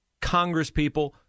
congresspeople